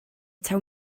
taw